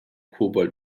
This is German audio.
kobold